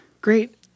Great